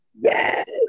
yes